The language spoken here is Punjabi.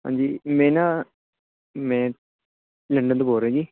ਹਾਂਜੀ ਮੈਂ ਨਾ ਮੈਂ ਲੰਡਨ ਤੋਂ ਬੋਲ ਰਿਹਾ ਜੀ